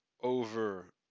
over